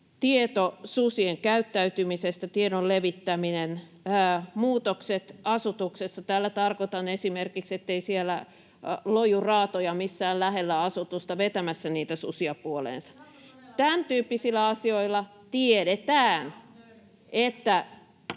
susien käyttäytymisestä tai muutokset asutuksessa — tällä tarkoitan esimerkiksi, ettei siellä loju raatoja missään lähellä asutusta vetämässä niitä susia puoleensa. [Sanna Antikainen: Ihanko todella väitätte, että